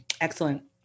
excellent